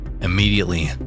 immediately